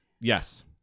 Yes